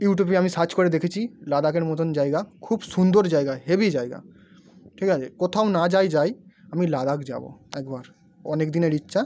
ইউটিউবে আমি সার্চ করে দেখেছি লাদাখের মতন জায়গা খুব সুন্দর জায়গা হেভি জায়গা ঠিক আছে কোথাও না যাই যাই আমি লাদাখ যাবো একবার অনেক দিনের ইচ্ছা